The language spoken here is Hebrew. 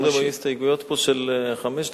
היו פה הסתייגויות של חמש דקות.